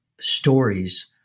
stories